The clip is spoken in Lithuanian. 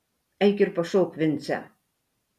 eik ir pašauk vincę